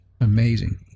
amazing